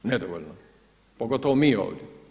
Nedovoljno, pogotovo mi ovdje.